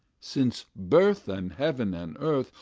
since birth and heaven and earth,